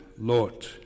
Lord